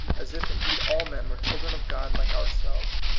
as if indeed all men were children of god like ourselves.